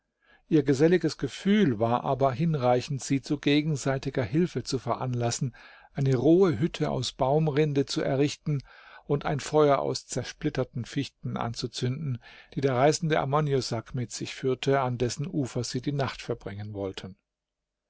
ihr geselliges gefühl war aber hinreichend sie zu gegenseitiger hilfe zu veranlassen eine rohe hütte aus baumrinde zu errichten und ein feuer aus zersplitterten fichten anzuzünden die der reißende amonusuck mit sich führte an dessen ufer sie die nacht verbringen wollten